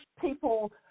people